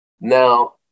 now